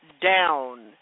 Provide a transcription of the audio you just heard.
down